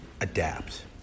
adapt